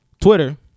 Twitter